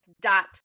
dot